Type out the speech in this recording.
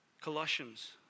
Colossians